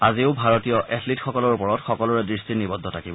আজিও ভাৰতীয় এথলীটসকলৰ ওপৰত সকলোৰে দৃষ্টি নিবদ্ধ থাকিব